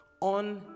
On